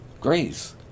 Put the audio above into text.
grace